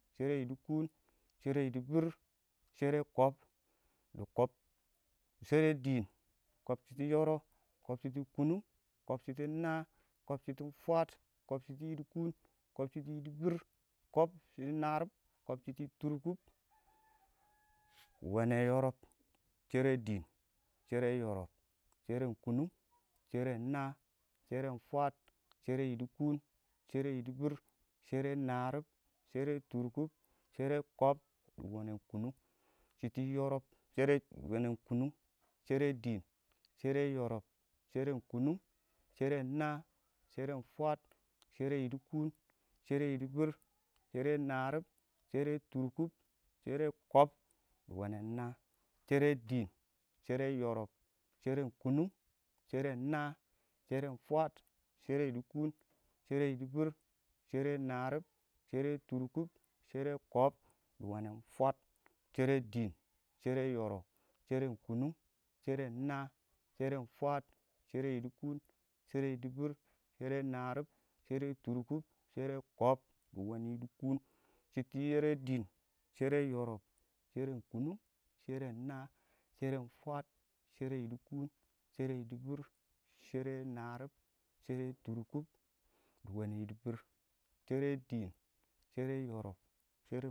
shɛrɛ yidikuni, shɛrɛ yɪdɪbɪr, sheri kɔb, dɪ kɔb shɛrɛ dɪɪn, kɔb shidi yoro kɔb shitin kʊnʊng kɔb shitin naa kɔb shitin fwaəd kɔb shɪtɪn yiɪdɪkʊn kɔb shitin yɪdɪbɪr kɔb shɪtɪn naar kɔb shɪtɪn tʊrkʊb wene yɔrʊb shɛrɛ dɪɪn, shɛrɛ yoro sheren kuming sheren naa sheren fwas shɛrɛ yidikum shɛrɛ yɪdɪbɪr, shɛrɛ naarib shɛrɛ tʊrkʊb shɛrɛ kɔb dɪ wɛnɛn kʊnʊng shere yɔrɔb, shɛrɛ dɪ wɛnɛn kʊnʊng shɛrɛ dɪɪn shɛrɛ yoro, sheren kunmung, sheran naa, sheren fwaəd shɛrɛ yidikum shɛrɛ yɪdɪbɪr shɛrɛ naarib shɛrɛ tʊrkʊb sheri dɪɪn shɛrɛ yoro shɛrɛ kʊnʊng sheren naa, sheren fwaəd, shɛrɛ yiɪdɪkʊn, shɛrɛ yɪdɪbɪr, shɛrɛ yiɪdɪkʊn, shɛrɛ yɪdɪbɪr, shɛrɛ kɔb dɪ, wɛnɛn fwaəd, sheri dɪɪn, shɛrɛ yoro sheren kʊnʊng, sheren naa sheren fwaəd shɛrɛ yidikum shɛrɛ yɪdɪbɪr shɛrɛ naarib, shɛrɛ turbub, dɪ wene, yɪdɪbɪr, shɛrɛ dɪɪn shɛrɛ yoro, sheren kʊnʊng.